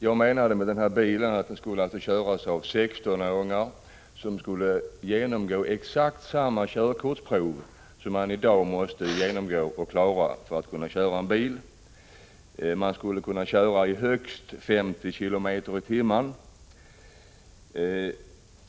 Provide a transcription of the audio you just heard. Jag menade att denna ungdomsbil skulle köras av 16-åringar som skulle genomgå exakt samma körkortsprov som man i dag måste klara för att få köra bil. Man skulle få köra med en hastighet av högst 50 km/tim.